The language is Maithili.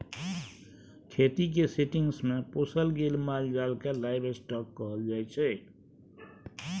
खेतीक सेटिंग्स मे पोसल गेल माल जाल केँ लाइव स्टाँक कहल जाइ छै